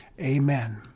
Amen